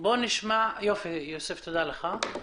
תודה לך.